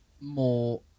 more